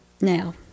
now